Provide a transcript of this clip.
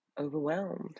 overwhelmed